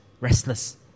restless